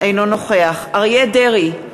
אינו נוכח אריה דרעי,